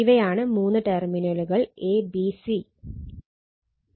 ഇവയാണ് മൂന്ന് ടെർമിനലുകൾ a b c